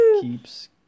Keeps